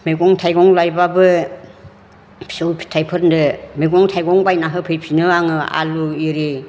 मैगं थाइगं लायबाबो फिसौ फिथाइफोरनो मैगं थाइगं बायना होफैफिनो आङो आलु आरि